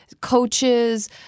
coaches